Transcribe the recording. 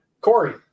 Corey